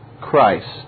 Christ